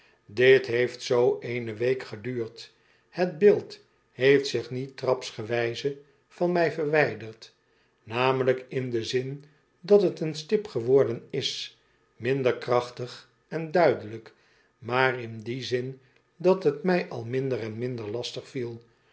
dit heeft zoo eene week geduurd het beeld heeft zich niet trapsgewijze van mij verwijderd namelijk in den zin dat t een stip geworden is minder krachtig en duilijk maar in dien zin dat t mij al minder en minder lastig viel